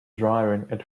driving